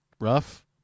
rough